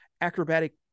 acrobatic